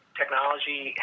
technology